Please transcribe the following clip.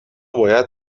باید